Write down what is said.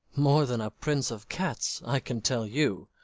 more than prince of cats, i can tell you.